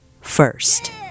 first